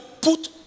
put